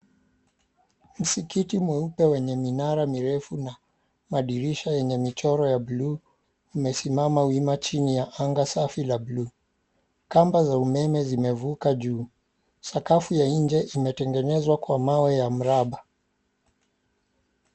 Msikiti mweupe mwenye minara mirefu na madirisha yenye michoro ya buluu imesimama wima chini ya anga safi la buluu. Kamba za umeme zimevuka juu. Sakafu ya nje imetengenezwa kwa mawe ya mraba.